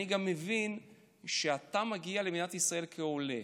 אני גם מבין שכשאתה מגיע למדינת ישראל כעולה